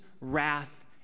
wrath